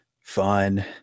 fun